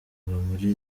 muri